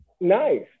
Nice